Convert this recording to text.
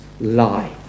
lie